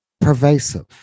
pervasive